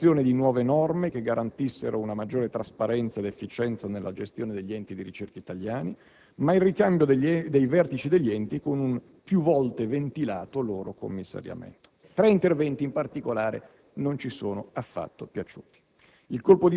l'emanazione di nuove norme che garantissero una maggiore trasparenza ed efficienza nella gestione degli enti di ricerca italiani, ma il ricambio dei vertici degli enti con un più volte ventilato loro commissariamento. Tre interventi, in particolare, non ci sono affatto piaciuti.